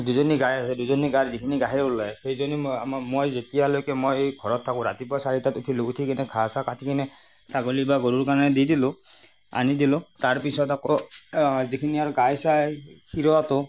দুজনী গাই আছে দুজনী গাইৰ যিখিনি গাখীৰ ওলাই সেইখিনি মই যেতিয়ালৈকে মই এই ঘৰত থাকোঁ ৰাতিপুৱা চাৰিটাত উঠিলোঁ উঠি কেনে ঘাঁহ চাঁহ কাটি কেনে ছাগলী বা গৰুৰ কাৰণে দি দিলোঁ আনি দিলোঁ তাৰ পিছত আকৌ যিখিনি আৰু গাই চাই খিৰোৱাটো